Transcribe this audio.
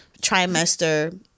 trimester